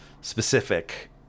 specific